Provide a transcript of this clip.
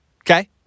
Okay